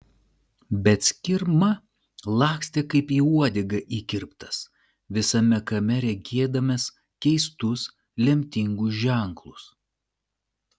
bet skirma lakstė kaip į uodegą įkirptas visame kame regėdamas keistus lemtingus ženklus